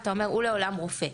הוא לעולם רופא,